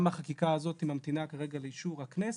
גם השלמת החקיקה הזאת ממתינה כרגע לאישור הכנסת,